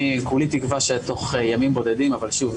אני כולי תקווה שתוך ימים בודדים אבל שוב,